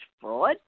fraud